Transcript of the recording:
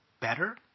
better